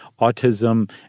autism